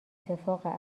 اتفاق